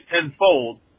tenfold